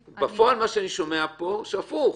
בפועל מה שאני שומע פה זה הפוך.